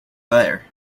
there